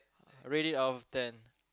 rate it out of ten